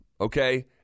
okay